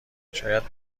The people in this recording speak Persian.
شاید